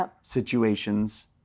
situations